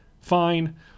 fine